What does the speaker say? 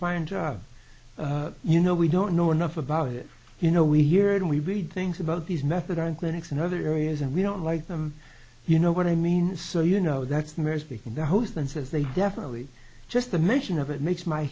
fine job you know we don't know enough about it you know we hear it and we read things about these methadone clinics and other areas and we don't like them you know what i mean and so you know that's they're speaking the host and says they definitely just the mention of it makes my